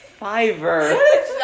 Fiverr